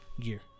gear